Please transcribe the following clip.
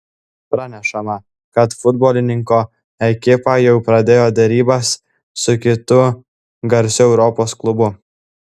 pranešama kad futbolininko ekipa jau pradėjo derybas su kitu garsiu europos klubu